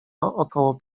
około